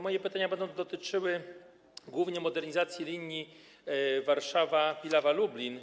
Moje pytania będą dotyczyły głównie modernizacji linii Warszawa - Pilawa - Lublin.